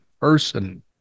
person